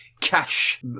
cash